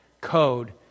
code